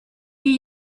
die